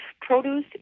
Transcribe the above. produce